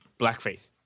blackface